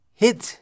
hit